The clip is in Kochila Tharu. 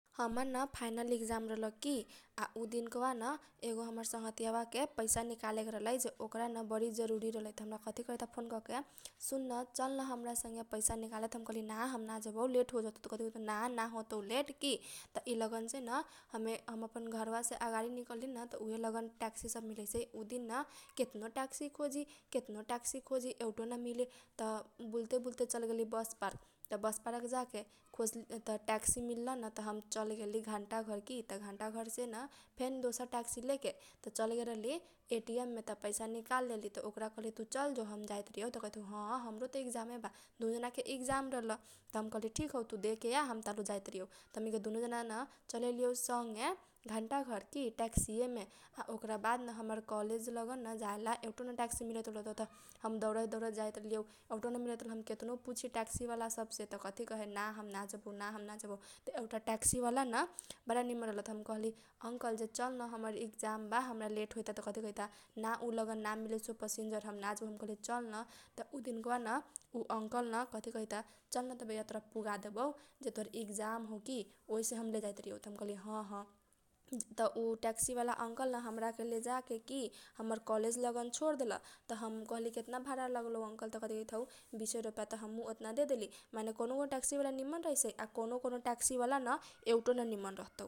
हमर न फाइनल एक्जाम रहल की आ उ दिनका बा न एगो हमर संगघतीया बा के पैसा निकालेके रहलै कि ओकरा न बरी जरुरी रहलै की । त हमरा कथी कहैता फोन करके सुन चल न हमरा संगे पैसा निकाले त हम कहली ना हम ना जबौ हमरा लेट होजतौ त कथी कहैत हौ ना होतौ लेट की। त इलगन सेन हमे हमन अपन घरवा से निकली न अगाडि त उहे लगन ट्याक्सी सब मिलाई सै माने उ दिन केतनो खोजी केतनो टयाक्सी खोजी एउटो ना मिले। त बुलते बुलते चलगेली बस पार्क त बस पार्क जाके टयाक्सी मिल न त हम चल गेली घण्टा घर की त घण्टा घर सेन फेन दोसर टयाक्सी लेके चल गेल रहली एटीएम मे त पैसा निकाल लेली त ओकर कहली तु चल जो हम जाइतारीऔ त कहैत हौ ह हमरो त एक्जाम मे बा दूनु जना के एक्जाम रल त हम कहली ठिक हौ। तु देके आ हम तालु जैतारीयौ त हमनी के दुनु जना न‌ चल अइलीयौ सगे घण्टा घर की टयाक्सी येमे आ ओकरा बाद न हमर कलेज लगन न जाए ला एउटो न टयाक्सी मिलैत रहल त हम दौरैत दौरैत जाइत रहलीयौ। एउटो न मिलैत रहलौ हम केतनो पुछी टयाक्सी बाला सब से त कथी कहे ना हम ना जबौ ना हम ना जबौ त एउटा टयाक्सी बाला न बारा निमन रहल । हम कहली अंकल जे चल न हमर एक्जाम बा हमरा लेट होइता त कथी कहैता ना उ लगन ना मिलैसै पसिन जर हम ना जबौ त हम कहली चल न त उ दिनका बा न उ अंकल न कथी कहैता चलन त बैया तोरा पुगा देबौ। जे तोहर एक्जाम हौ कि ओहीसे हम लेजाइ तारियौ त हम कहली हह त उ टयाक्सी बाला अंकल न हमरा केलेजाके की हमर कलेज लगन छोरदेल त हम कहली केतना भाडा लगलौ अंकल। त कथी कहैत हौ बिसे रोपया त हमहु ओतना देदेली माने कैनो कौनो टयाक्सी बाला निमन रहैसै कैनो कौनो टयाक्सी बाला न एउटो न निमन रहतौ।